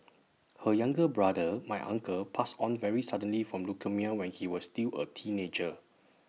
her younger brother my uncle passed on very suddenly from leukaemia when he was still A teenager